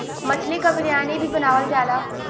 मछली क बिरयानी भी बनावल जाला